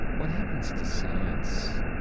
what happens to science,